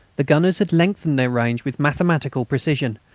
the gunners had lengthened their range with mathematical precision,